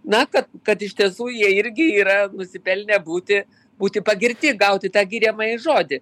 na kad kad iš tiesų jie irgi yra nusipelnę būti būti pagirti gauti tą giriamąjį žodį